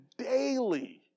Daily